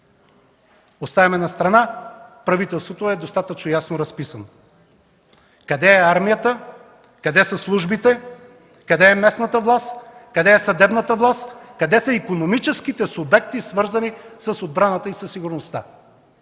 Оставяме настрана, правителството е достатъчно ясно разписано, но къде е армията, къде са службите, къде е местната власт, къде е съдебната власт, къде са икономическите субекти, свързани с отбраната и със сигурността?